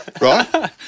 right